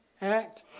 act